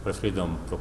praskridom pro